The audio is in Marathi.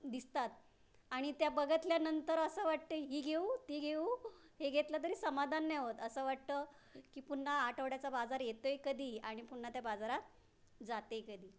दिसतात आणि त्या बघितल्यानंतर असं वाटतं ही घिऊ ती घिऊ हे घेतलं तरी समाधान नाही होत असं वाटतं की पुन्हा आठवड्याचा बाजार येतोय कधी आणि पुन्हा त्या बाजारात जाते कधी